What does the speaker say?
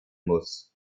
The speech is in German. muss